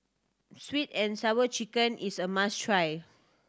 Sweet And Sour Chicken is a must try